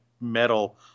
metal